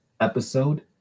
episode